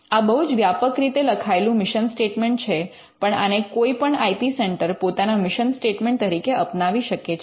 આ બહુ જ વ્યાપક રીતે લખાયેલું મિશન સ્ટેટ્મેન્ટ છે પણ આને કોઈપણ આઇ પી સેન્ટર પોતાના મિશન સ્ટેટ્મેન્ટ તરીકે અપનાવી શકે છે